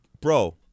Bro